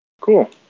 Cool